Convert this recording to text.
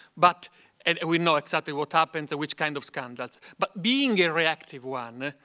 but, and and we know exactly what happens and which kind of standards. but being a reactive one,